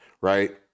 right